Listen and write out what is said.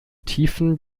tiefen